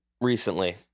recently